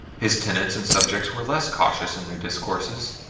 his tenants and subjects were less cautious in their discourses.